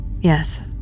Yes